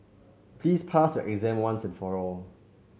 please pass your exam once and for all